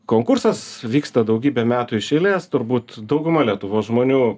konkursas vyksta daugybę metų iš eilės turbūt dauguma lietuvos žmonių